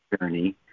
journey